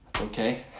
okay